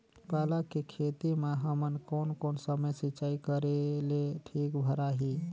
पाला के खेती मां हमन कोन कोन समय सिंचाई करेले ठीक भराही?